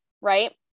Right